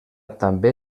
també